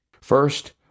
First